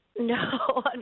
No